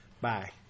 Bye